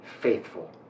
faithful